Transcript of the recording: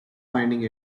finding